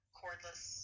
cordless